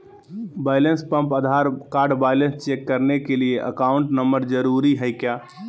Balance pump Aadhaar card balance check करने के लिए अकाउंट नंबर जरूरी है क्या?